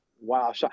Wow